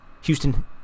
Houston